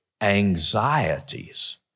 anxieties